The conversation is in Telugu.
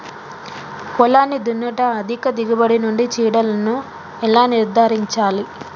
పొలాన్ని దున్నుట అధిక దిగుబడి నుండి చీడలను ఎలా నిర్ధారించాలి?